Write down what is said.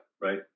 Right